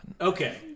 okay